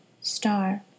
star